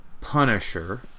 Punisher